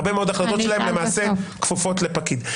הרבה מאוד החלטות שלהם למעשה כפופות לפקיד.